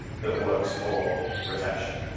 that works for retention.